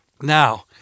Now